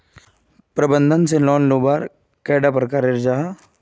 प्रबंधन से लोन लुबार कैडा प्रकारेर जाहा?